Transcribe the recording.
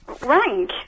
Rank